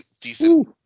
decent